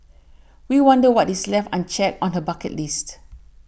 we wonder what is left unchecked on her bucket list